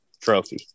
trophy